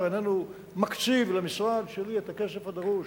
איננו מקציב למשרד שלי את הכסף הדרוש